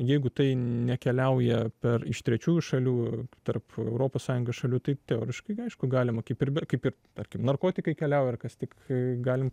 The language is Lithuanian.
jeigu tai nekeliauja per iš trečiųjų šalių tarp europos sąjungos šalių tai teoriškai aišku galima kaip ir kaip ir tarkim narkotikai keliauja ir kas tik kai galim